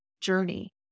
journey